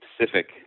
specific